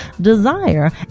Desire